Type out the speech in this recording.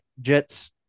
Jets